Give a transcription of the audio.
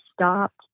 stopped